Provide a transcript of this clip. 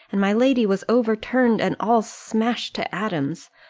and my lady was overturned, and all smashed to atoms.